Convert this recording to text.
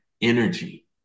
energy